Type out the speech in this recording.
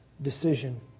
decision